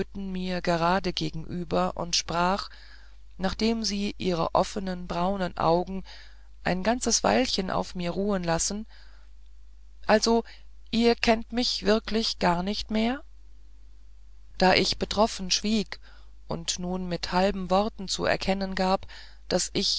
mir gerade gegenüber und sprach nachdem sie ihre offenen braunen augen ein ganzes weilchen auf mir ruhen lassen also ihr kennt mich wirklich gar nicht mehr da ich betroffen schwieg und nun mit halben worten zu erkennen gab daß ich